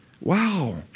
Wow